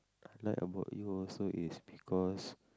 like about you also is because